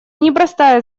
непростая